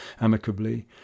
amicably